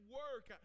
work